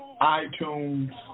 iTunes